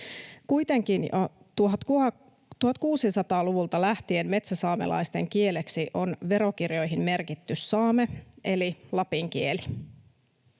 Kuitenkin jo 1600-luvulta lähtien metsäsaamelaisten kieleksi on verokirjoihin merkitty saame eli lapin kieli.